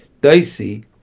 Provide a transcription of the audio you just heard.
Dicey